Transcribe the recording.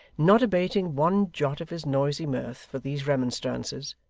not abating one jot of his noisy mirth for these remonstrances,